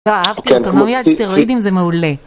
אה, אהבתי, אוטונומיה על סטרואידים זה מעולה